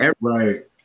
Right